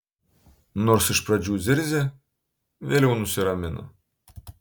nors iš pradžių zirzė vėliau nusiramino